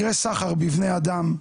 מקרי סחר בבני אדם,